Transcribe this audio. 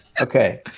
Okay